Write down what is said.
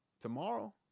Tomorrow